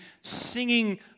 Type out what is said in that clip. singing